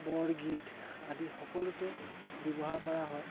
বৰগীত আদি সকলোতে ব্যৱহাৰ কৰা হয়